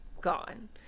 gone